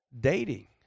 dating